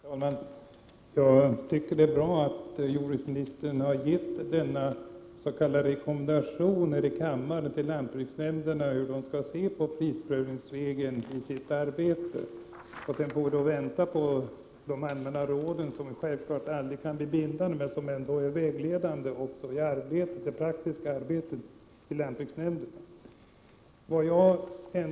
Herr talman! Jag tycker att det är bra att jordbruksministern gav denna s.k. rekommendation här i kammaren till lantbruksnämnderna om hur de skall se på prisprövningsregeln i sitt arbete. Sedan får vi vänta på de allmänna råden. Dessa kan självfallet aldrig bli bindande, men de är vägledande också för det praktiska arbetet i lantbruksnämnderna.